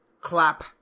clap